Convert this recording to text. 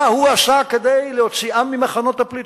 מה הוא עשה כדי להוציאם ממחנות הפליטים?